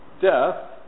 death